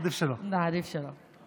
עדיף שלא, עדיף שלא.